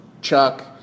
Chuck